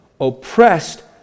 oppressed